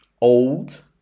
old